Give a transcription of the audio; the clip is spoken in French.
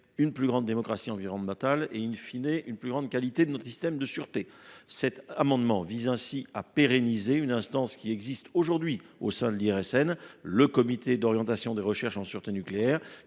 d’une plus grande démocratie environnementale et,, une plus grande qualité de notre système de sûreté. Cet amendement tend ainsi à pérenniser une instance qui existe aujourd’hui au sein de l’IRSN, le comité d’orientation des recherches en sûreté nucléaire,